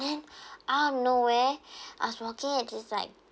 then out of nowhere I was walking at this like